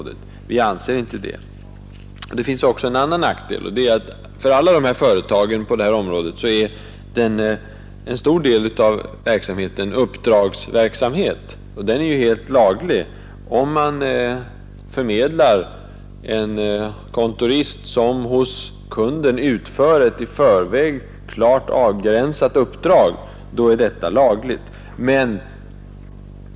Det finns också en annan nackdel. För alla företag på detta område är en stor del av arbetet uppdragsverksamhet, och den är helt laglig. Dvs. man får förmedla en kontorist, som hos kunden utför ett i förväg klart avgränsat uppdrag.